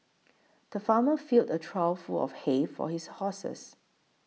the farmer filled a trough full of hay for his horses